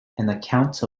accounts